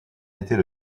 était